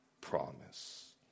promise